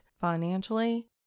financially